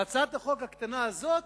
והצעת החוק הקטנה הזאת